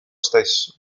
stesso